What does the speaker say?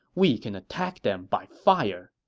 we can attack them by fire.